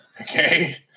Okay